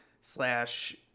slash